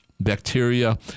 Bacteria